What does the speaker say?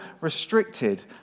restricted